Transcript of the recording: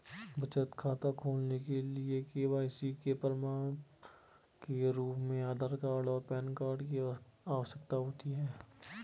बचत खाता खोलने के लिए के.वाई.सी के प्रमाण के रूप में आधार और पैन कार्ड की आवश्यकता होती है